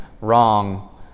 wrong